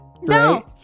No